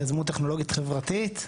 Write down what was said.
יזמות טכנולוגית חברתית.